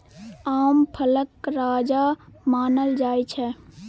आम फलक राजा मानल जाइ छै